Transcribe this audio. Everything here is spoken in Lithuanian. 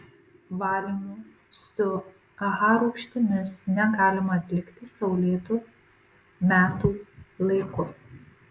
valymų su aha rūgštimis negalima atlikti saulėtu metų laiku